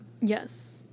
Yes